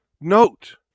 note